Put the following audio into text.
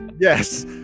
Yes